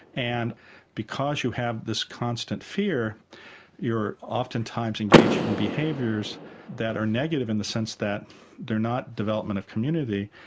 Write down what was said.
and because you have this constant fear you're oftentimes engaged in behaviours that are negative in the sense that they are not development of community,